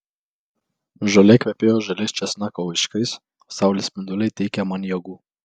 žolė kvepėjo žaliais česnako laiškais o saulės spinduliai teikė man jėgų